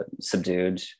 subdued